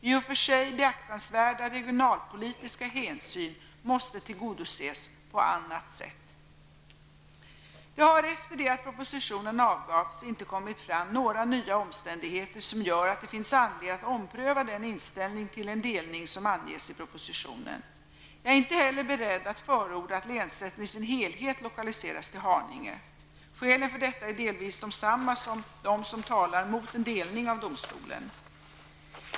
I och för sig beaktansvärda regionalpolitiska hänsyn måste tillgodoses på annat sätt. Det har efter det att propositionen avgavs inte kommit fram några nya omständigheter som gör att det finns anledning att ompröva den inställning till en delning som anges i propositionen. Jag är inte heller beredd att förorda att länsrätten i sin helhet lokaliseras till Haninge. Skälen för detta är delvis desamma som de som talar mot en delning av domstolen.